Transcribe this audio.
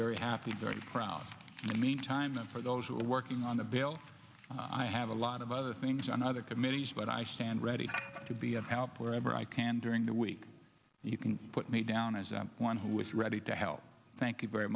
very happy very proud meantime and for those who are working on the bill i have a lot of other things on other committees but i stand ready to be of help wherever i can during the week and you can put me down as one who is ready to help thank you very